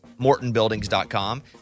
MortonBuildings.com